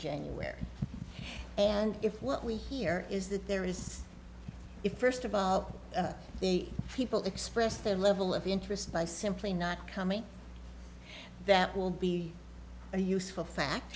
january and if what we hear is that there is a first of all the people express their level of interest by simply not coming that will be a useful fact